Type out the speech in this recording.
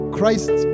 Christ